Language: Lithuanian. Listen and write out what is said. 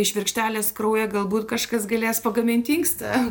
iš virkštelės kraują galbūt kažkas galės pagaminti inkstą